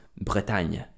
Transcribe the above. Bretagne